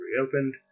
Reopened